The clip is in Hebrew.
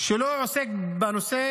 שלא עוסק בנושא